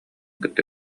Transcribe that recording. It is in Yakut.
кытта